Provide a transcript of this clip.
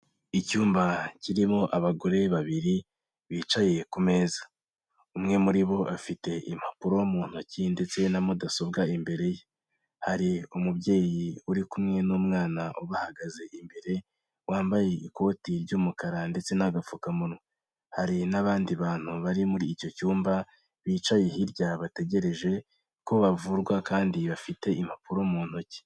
Icyumba kirimo abagore babiri, bicaye ku meza. Umwe muri bo afite impapuro mu ntoki, ndetse na mudasobwa imbere ye. Hari umubyeyi uri kumwe n'umwana ubahagaze imbere, wambaye ikoti ry'umukara ndetse n'agapfukamunwa. Hari n'abandi bantu bari muri icyo cyumba, bicaye hirya bategereje, ko bavurwa kandi bafite impapuro mu ntoki.